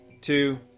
Two